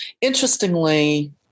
Interestingly